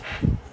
!hais!